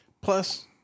Plus